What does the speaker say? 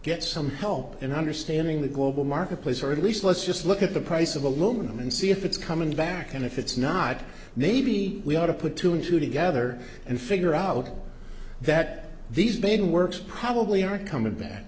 get some help in understanding the global marketplace or at least let's just look at the price of aluminum and see if it's coming back and if it's not maybe we ought to put two and two together and figure out that these bain works probably aren't coming back